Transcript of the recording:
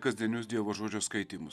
kasdienius dievo žodžio skaitymus